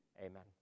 amen